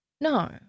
No